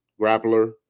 grappler